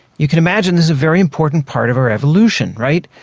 you can imagine this is a very important part of our evolution, right?